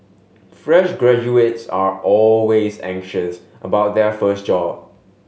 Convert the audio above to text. fresh graduates are always anxious about their first job